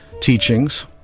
teachings